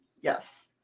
Yes